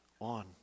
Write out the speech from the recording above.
on